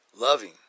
loving